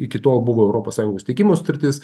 iki tol buvo europos sąjungos steigimo sutartis